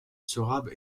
sorabe